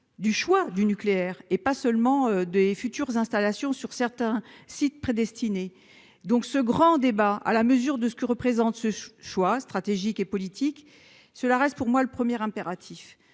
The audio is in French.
même au nucléaire, et pas seulement de futures installations sur certains sites prédéfinis. Ce grand débat, à la mesure de ce que représente ce choix, stratégique et politique, reste selon moi le premier impératif.